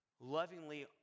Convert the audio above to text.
lovingly